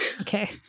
Okay